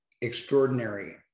extraordinary